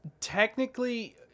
technically